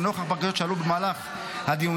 לנוכח בקשות שעלו במהלך הדיונים,